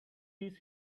this